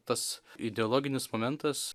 tas ideologinis momentas